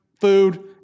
Food